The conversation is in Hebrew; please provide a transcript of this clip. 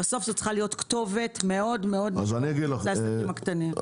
בסוף זאת צריכה להיות כתובת מאוד מאוד משמעותית לעסקים הקטנים.